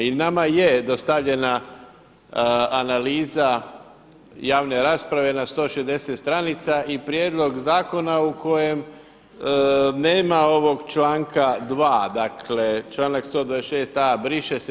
I nama je dostavljena analiza javne rasprave na 160 stranica i prijedlog zakona u kojem nema ovog članka 2. Dakle, članak 126a. briše se.